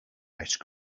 ice